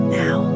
now